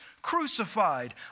crucified